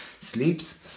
sleeps